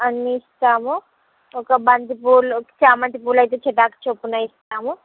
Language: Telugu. అన్ని ఇస్తాము ఒక బంతి పూలు ఒక చామంతి పూలు అయితే చటాకు చొప్పున ఇస్తాము